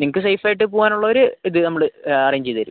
നിങ്ങൾക്ക് സേഫ് ആയിട്ട് പോവാൻ ഉള്ള ഒര് ഇത് നമ്മള് അറേഞ്ച് ചെയ്ത് തരും